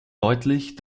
deutlich